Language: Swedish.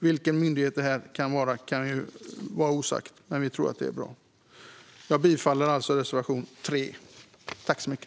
Vilken myndighet detta ska vara kan få vara osagt, men vi tror att det vore bra. Jag yrkar bifall till reservation 3.